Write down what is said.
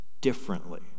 differently